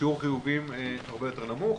ששיעור החיוביים הרבה יותר נמוך.